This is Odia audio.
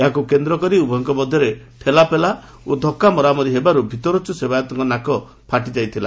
ଏହାକୁ କେନ୍ଦ୍ରକରି ଉଭୟଙ୍ ମଧ୍ଧରେ ଠେଲାପେଲା ଓ ଧକ୍କା ମରାମରି ହେବାରୁ ଭିତରଛୁ ସେବାୟତଙ୍କ ନାକ ଫାଟି ଯାଇଥିଲା